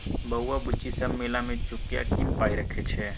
बौआ बुच्ची सब मेला मे चुकिया कीन पाइ रखै छै